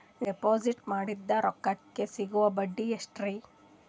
Deposit ಮಾಡಿದ ರೊಕ್ಕಕೆ ಸಿಗುವ ಬಡ್ಡಿ ಎಷ್ಟ್ರೀ?